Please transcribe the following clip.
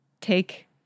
take